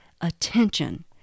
attention